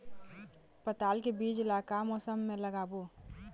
पताल के बीज ला का मौसम मे लगाबो?